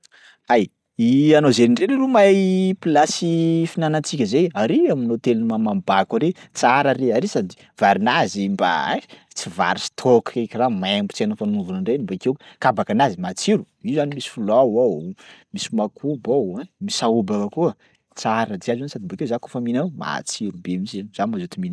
Hay, ianao zainy ndray leroa mahay plasy fihinanantsika zay ary amin'ny hôtely maman'i Bako ary, tsara ary, ary sady varinazy mba ein tsy vary stock karaha maimbo tsy hainao ifananaovana ndraiky bakeo kabakanazy matsiro, io zany misy filao ao, misy makobo ao ein, misy sahobaka koa. Tsara jiaby zany sady bakeo za kaofa mihinana ao matsiro be mihitsy zany za mazoto mihinana.